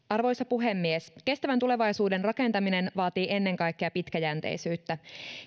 arvoisa puhemies kestävän tulevaisuuden rakentaminen vaatii ennen kaikkea pitkäjänteisyyttä